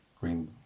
green